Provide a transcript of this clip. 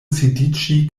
sidiĝi